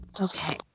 Okay